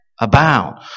Abound